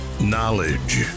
Knowledge